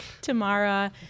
Tamara